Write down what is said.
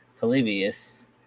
Polybius